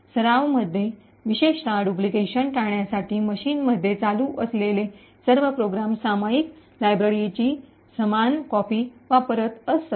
सराव मध्ये विशेषत डुप्लिकेशन टाळण्यासाठी मशीनमध्ये चालू असलेले सर्व प्रोग्राम्स सामायिक लायब्ररीची समान कॉपी वापरत असत